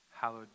hallowed